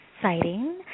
exciting